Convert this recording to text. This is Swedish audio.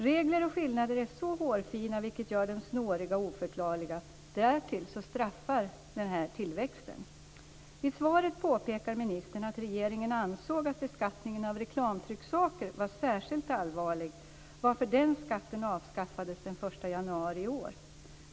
Regler och skillnader är så hårfina, vilket gör dem snåriga och oförklarliga. Därtill straffar skatten tillväxten. I svaret påpekar ministern att regeringen ansåg att beskattningen av reklamtrycksaker var särskilt allvarlig, varför den skatten avskaffades den 1 januari i år.